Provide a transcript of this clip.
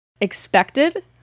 expected